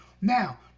Now